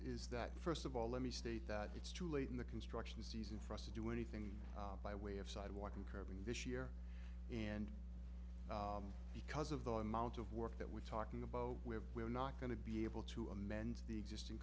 is that first of all let me state that it's too late in the construction season for us to do anything by way of sidewalk and curbing this year and because of the amount of work that we're talking about where we're not going to be able to amend the existing